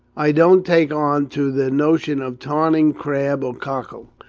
i don't take on to the notion of taming crab or cockle,